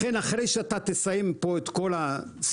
לכן אחרי שתסיים פה את כל הסיבובים,